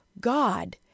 God